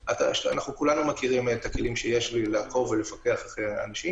כולנו מכירים את הכלים שיש לי לעקוב ולפקח על אנשים,